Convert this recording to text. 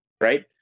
right